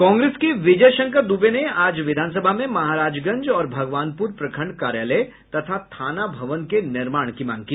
कांग्रेस के विजय शंकर दूबे ने आज विधानसभा में महाराजगंज और भगवानपूर प्रखंड कार्यालय तथा थाना भवन के निर्माण की मांग की